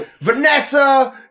Vanessa